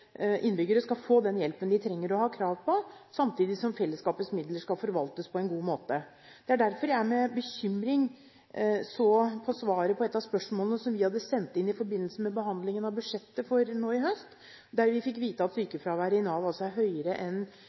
innbyggere skal få den hjelpen de trenger og har krav på, samtidig som fellesskapets midler skal forvaltes på en god måte. Det var derfor jeg så med bekymring på svaret på et av spørsmålene som vi hadde sendt inn i forbindelse med behandlingen av budsjettet nå i høst, der vi fikk vite at sykefraværet i Nav altså er høyere enn